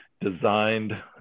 designed